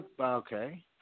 Okay